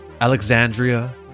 Alexandria